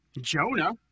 Jonah